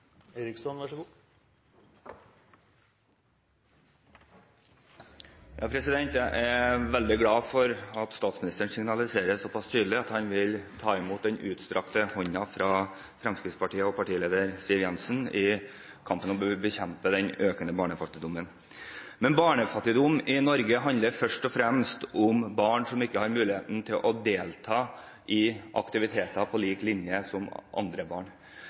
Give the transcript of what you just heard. veldig glad for at statsministeren signaliserer såpass tydelig at han vil ta imot den utstrakte hånden fra Fremskrittspartiet og partileder Siv Jensen i kampen om å bekjempe den økende barnefattigdommen. Barnefattigdom i Norge handler først og fremst om barn som ikke har mulighet til å delta i aktiviteter på lik linje med andre barn,